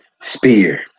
Spear